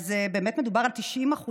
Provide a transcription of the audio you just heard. אז באמת מדובר על 90%,